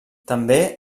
també